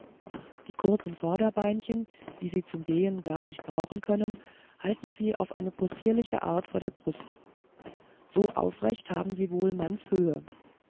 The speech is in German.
die kurzen vorderbeinchen die sie zum gehen gar nicht brauchen können halten sie auf eine possierliche art vor der brust so aufrecht haben sie wohl mannshöhe